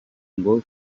ngo